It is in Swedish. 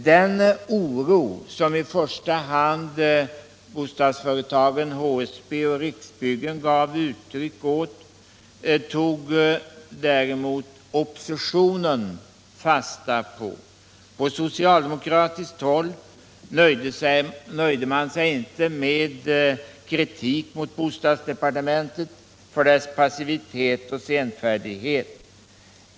Den oro som i första hand HSB och Riksbyggen gav uttryck för tog däremot oppositionen fasta på. På socialdemokratiskt håll nöjde man sig inte med kritik mot bostadsdepartementet för dess passivitet och senfärdighet.